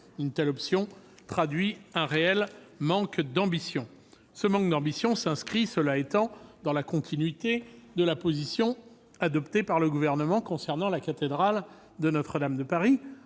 Une telle option traduit un réel manque d'ambition. Cela étant, ce manque d'ambition s'inscrit dans le prolongement de la position adoptée par le Gouvernement concernant la cathédrale Notre-Dame de Paris,